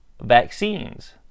vaccines